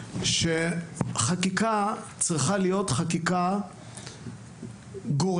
שחקיקה צריכה היות חקיקה גורפת,